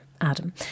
Adam